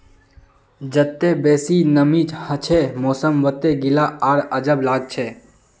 जत्ते बेसी नमीं हछे मौसम वत्ते गीला आर अजब लागछे